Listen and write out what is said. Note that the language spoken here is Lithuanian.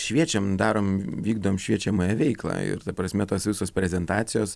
šviečiam darom vykdom šviečiamąją veiklą ir ta prasme tos visos prezentacijos